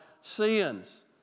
sins